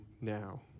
now